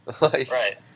Right